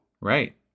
Right